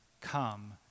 come